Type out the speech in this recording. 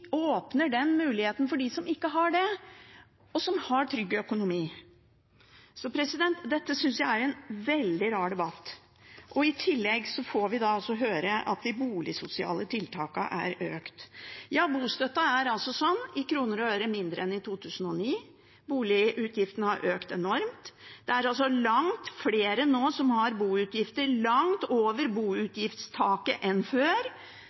åpner muligheten for dem som ikke har den, men som har trygg økonomi. Dette synes jeg er en veldig rar debatt. I tillegg får vi høre at de boligsosiale tiltakene er økt. Bostøtten er i kroner og øre mindre enn i 2009, og boligutgiftene har økt enormt. Det er langt flere nå som har boutgifter langt over boutgiftstaket, enn før.